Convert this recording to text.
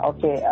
Okay